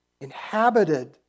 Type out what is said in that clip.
inhabited